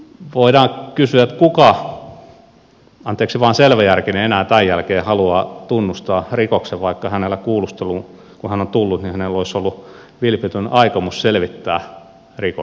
voidaan kysyä että kuka anteeksi vain selväjärkinen enää tämän jälkeen haluaa tunnustaa rikoksen vaikka hänellä kun hän kuulusteluun on tullut olisi ollut vilpitön aikomus selvittää rikos